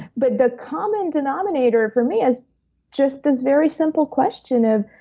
but the common denominator for me is just this very simple question of,